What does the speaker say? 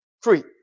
free